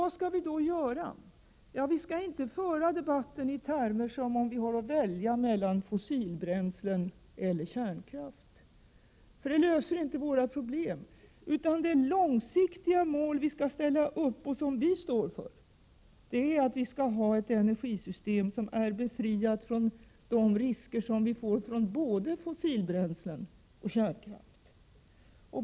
Vad skall vi då göra? Ja, vi skall inte föra debatten i termer som om vi hade att välja mellan fossilbränslen och kärnkraft. Det löser inte våra problem. De långsiktiga mål vi skall ställa upp och som vi står för är att vi skall ha ett energisystem som är befriat från de risker som vi får från både fossilbränslen och kärnkraft.